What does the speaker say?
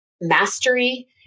mastery